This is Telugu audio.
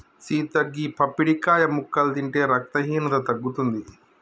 సీత గీ పప్పడికాయ ముక్కలు తింటే రక్తహీనత తగ్గుతుంది